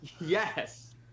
Yes